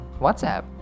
WhatsApp